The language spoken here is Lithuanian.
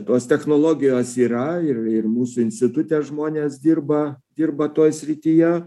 tos technologijos yra ir ir mūsų institute žmonės dirba dirba toj srityje